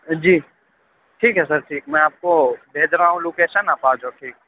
جی ٹھیک ہے سر ٹھیک میں آپ کو بھیج رہا ہوں لوکیشن آپ آ جاؤ ٹھیک